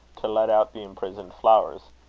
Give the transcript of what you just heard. to let out the imprisoned flowers.